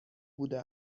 بوده